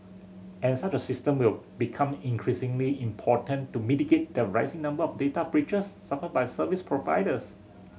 and such a system will become increasingly important to mitigate the rising number of data breaches suffered by service providers